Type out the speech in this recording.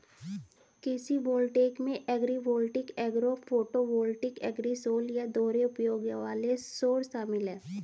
कृषि वोल्टेइक में agrivoltaic agro photovoltaic agrisol या दोहरे उपयोग वाले सौर शामिल है